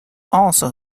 also